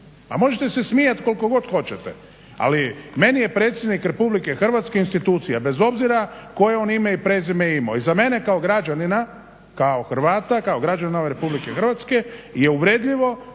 možete se smijati koliko god hoćete ali menije predsjednik Republike Hrvatske institucija bez obzira koje on ime i prezime imao. I za mene kao građanina, kao Hrvata kao građanina ove RH je uvredljivo